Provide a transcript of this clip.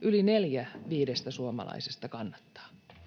Yli neljä viidestä suomalaisesta kannattaa.